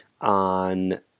on